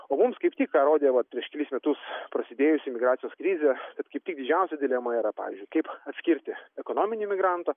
o mums kaip tik ką rodė vat prieš kelis metus prasidėjusi migracijos krizė kaip tik didžiausia dilema yra pavyzdžiui kaip atskirti ekonominį migrantą